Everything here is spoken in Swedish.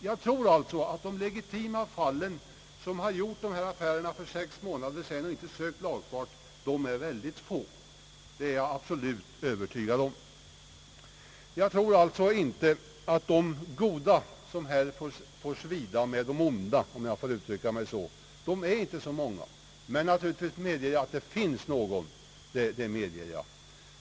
Jag tror alltså att de legitima fall, där köp har gjorts för sex månader sedan men lagfart inte sökts, är mycket få. Detta är jag absolut övertygad om. De goda, som alltså här så att säga får svida med de onda, tror jag inte är så många, även om jag medger att det kan finnas några.